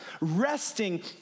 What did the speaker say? resting